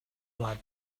plat